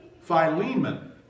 Philemon